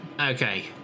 Okay